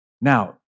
Now